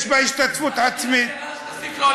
אני אסיים.